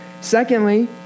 Secondly